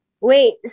wait